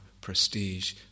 prestige